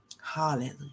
Hallelujah